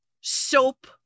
soap